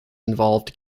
involved